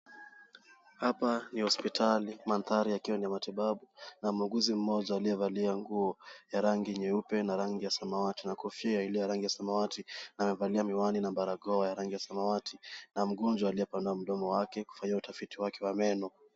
Hapa ni hospitali mandhari yakiwa ni matibabu na muuguzi mmoja aliyevalia nguo ya rangi nyeupe na rangi ya samawati na kofia iliyo ya rangi samawati, amevalia barakoa ya rangi ya samawati na mgonjwa aliyepanua mdomo wake kufanyiwa utafiti wa meno.